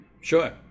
Sure